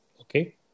Okay